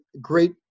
great